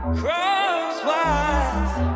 crosswise